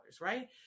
Right